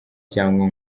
cyangwa